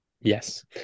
Yes